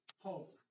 hope